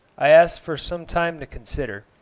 i asked for some time to consider,